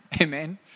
Amen